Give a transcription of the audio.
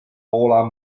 poola